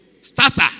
Starter